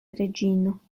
reĝino